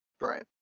Right